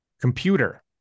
computer